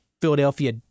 Philadelphia